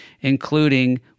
including